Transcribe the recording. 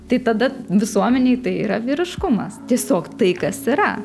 tai tada visuomenėj tai yra vyriškumas tiesiog tai kas yra